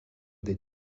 des